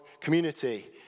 Community